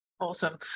Awesome